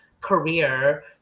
career